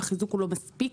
והחיזוק הוא לא מספיק.